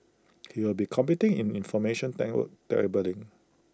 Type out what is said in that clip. he will be competing in information cabling